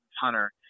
hunter